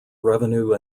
revenue